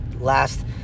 last